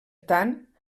tant